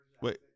Wait